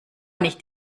nicht